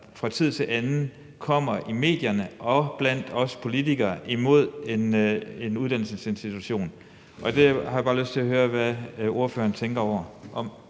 fra tid til anden kommer i medierne og blandt os politikere imod sådan en uddannelsesinstitution. Det har jeg bare lyst til at høre hvad ordføreren tænker om.